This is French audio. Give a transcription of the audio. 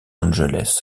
angeles